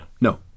No